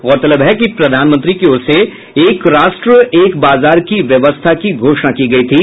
गौरतलब है कि प्रधानमंत्री की ओर से एक राष्ट्र एक बाजार की व्यवस्था की घोषण की गयी थी